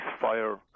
fire